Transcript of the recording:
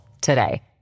today